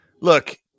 Look